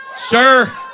Sir